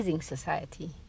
society